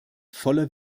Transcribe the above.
voller